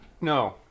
No